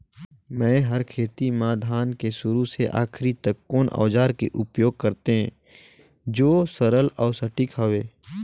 मै हर खेती म धान के शुरू से आखिरी तक कोन औजार के उपयोग करते जो सरल अउ सटीक हवे?